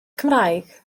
cymraeg